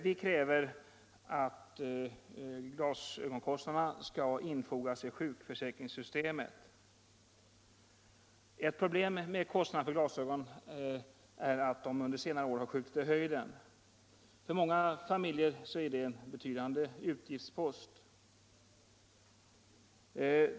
Vi kräver att glasögonkostnaderna skall infogas i sjukförsäkringssystemet. Ett problem med kostnaderna för glasögon är att de under senare år skjutit i höjden. För många familjer är det en betydande utgiftspost.